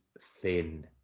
thin